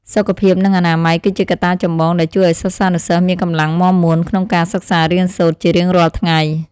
សុខភាពនិងអនាម័យ គឺជាកត្តាចម្បងដែលជួយឱ្យសិស្សានុសិស្សមានកម្លាំងមាំមួនក្នុងការសិក្សារៀនសូត្រជារៀងរាល់ថ្ងៃ។